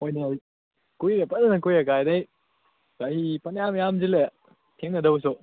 ꯍꯣꯏꯅꯦ ꯀꯨꯏꯔꯦ ꯐꯖꯅ ꯀꯨꯏꯔꯦ ꯀꯥꯏꯗꯩ ꯆꯍꯤ ꯐꯅꯌꯥꯝ ꯌꯥꯝꯁꯤꯜꯂꯛꯑꯦ ꯊꯦꯡꯅꯗꯕꯁꯨ